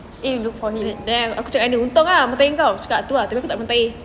then aku cakap ini untung ah kau cakap tu ah kenapa tak boleh baik